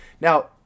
Now –